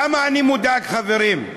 למה אני מודאג, חברים?